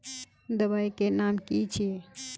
दबाई के नाम की छिए?